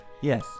Yes